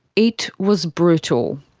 it was brutal.